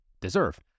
deserve